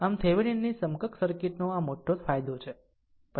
આમ થેવેનિન ની સમકક્ષ સર્કિટનો આ મોટો ફાયદો છે બરાબર